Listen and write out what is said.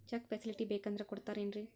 Check facility ಬೇಕಂದ್ರ ಕೊಡ್ತಾರೇನ್ರಿ?